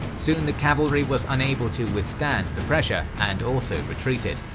soon the cavalry was unable to withstand the pressure and also retreated.